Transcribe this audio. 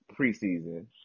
preseason